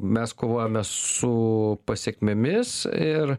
mes kovojame su pasekmėmis ir